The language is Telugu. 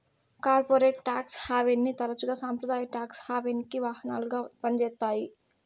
కార్పొరేట్ టాక్స్ హావెన్ని తరచుగా సంప్రదాయ టాక్స్ హావెన్కి వాహనాలుగా పంజేత్తాయి